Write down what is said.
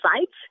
sites